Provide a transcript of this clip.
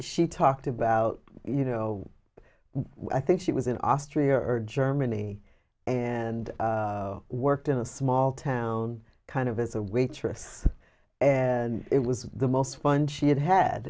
she talked about you know i think she was in austria or germany and worked in a small town kind of as a waitress and it was the most fun she had had